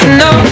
no